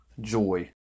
Joy